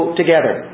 together